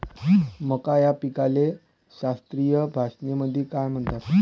मका या पिकाले शास्त्रीय भाषेमंदी काय म्हणतात?